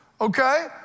okay